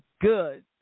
good